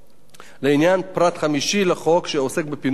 לעניין פרט חמישי לחוק, שעוסק בפינוי-בינוי.